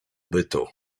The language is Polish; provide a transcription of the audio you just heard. bytu